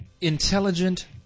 Intelligent